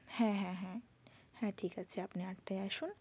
হ্যাঁ হ্যাঁ হ্যাঁ হ্যাঁ ঠিক আছে আপনি আটটায় আসুন